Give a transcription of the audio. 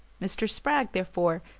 mr. spragg, therefore,